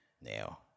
Now